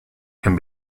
can